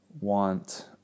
want